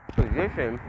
position